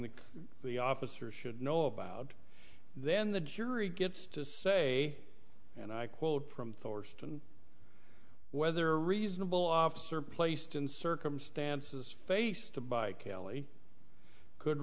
that the officer should know about then the jury gets to say and i quote from thorston whether a reasonable officer placed in circumstances faced by kelly could